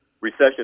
recession